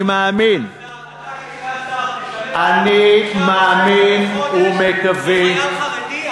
אתה כסגן שר תשלם 4,900 שקל בחודש לחייל חרדי?